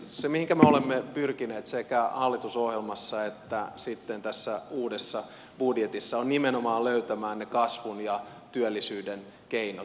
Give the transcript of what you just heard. se mihinkä me olemme pyrkineet sekä hallitusohjelmassa että sitten tässä uudessa budjetissa on nimenomaan löytämään ne kasvun ja työllisyyden keinot